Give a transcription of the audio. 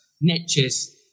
Niches